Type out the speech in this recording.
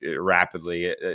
rapidly